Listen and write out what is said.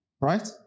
Right